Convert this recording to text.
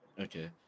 Okay